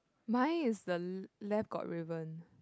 mine is the left got ribbon